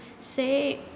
say